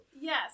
Yes